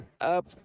up